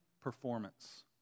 performance